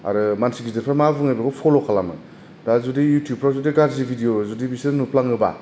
आरो मानसि गिदिरफोर मा बुङो बेखौ फल' खालामो दा जुदि इउथुबफ्राव जुदि गाज्रि भिदिअ जुदि बिसोर नुफ्लाङोबा